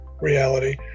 reality